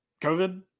COVID